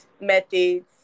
methods